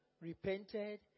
repented